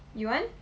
you want